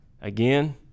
Again